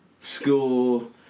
school